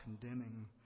condemning